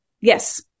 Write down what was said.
Yes